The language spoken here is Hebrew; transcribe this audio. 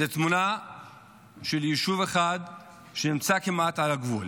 זו תמונה של יישוב אחד שנמצא כמעט על הגבול.